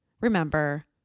remember